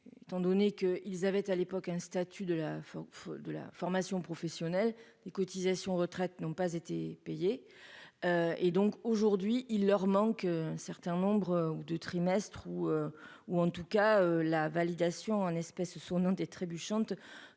étant donné qu'ils avaient à l'époque un statut de la fin de la formation professionnelle, des cotisations retraite n'ont pas été payés et donc aujourd'hui il leur manque un certain nombre de trimestres ou ou en tout cas la validation en espèces sonnantes et trébuchantes